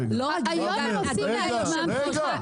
היום הם עושים דין לעצמם, המחירים לא ירדו.